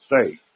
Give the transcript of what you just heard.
State